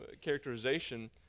characterization